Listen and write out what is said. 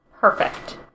Perfect